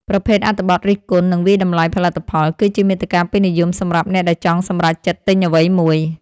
ប្រភេទអត្ថបទរិះគន់ និងវាយតម្លៃផលិតផល គឺជាមាតិកាពេញនិយមសម្រាប់អ្នកដែលចង់សម្រេចចិត្តទិញអ្វីមួយ។